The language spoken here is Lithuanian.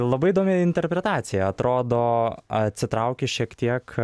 labai įdomi interpretacija atrodo atsitrauki šiek tiek